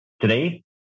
Today